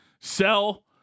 Sell